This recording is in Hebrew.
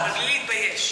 נכון, אבל בלי להתבייש.